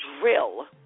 drill